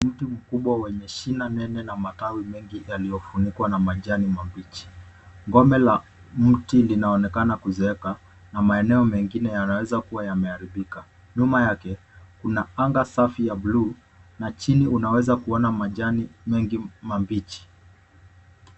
Mti mkubwa wenye shina nene na matawi mengi yaliyofunikwa na majani mabichi. Ngome la mti linaonekana kuzeeka na maeneo mengine yanaweza kuwa yameharibika. Nyuma yake kuna anga safi ya buluu na chini unaweza kuona majani mengi mabichi.